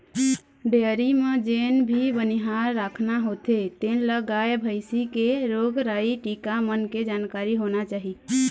dairy म जेन भी बनिहार राखना होथे तेन ल गाय, भइसी के रोग राई, टीका मन के जानकारी होना चाही